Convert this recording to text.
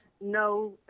no